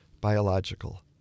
biological